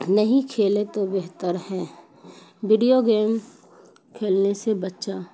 نہیں کھیلے تو بہتر ہیں ویڈیو گیم کھیلنے سے بچہ